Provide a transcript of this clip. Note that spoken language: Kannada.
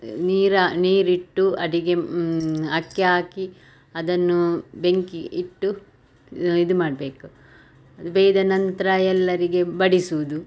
ನೀರಾ ನೀರಿಟ್ಟು ಅಡುಗೆ ಅಕ್ಕಿ ಹಾಕಿ ಅದನ್ನು ಬೆಂಕಿ ಇಟ್ಟು ಇದು ಮಾಡ್ಬೇಕು ಅದು ಬೇಯ್ದ ನಂತರ ಎಲ್ಲರಿಗೆ ಬಡಿಸುವುದು